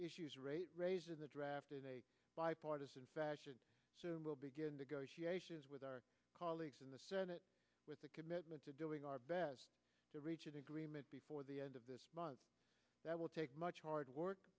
issues raised in the draft in a bipartisan fashion will begin to go with our colleagues in the senate with a commitment to doing our best to reach an agreement before the end of this month that will take much hard work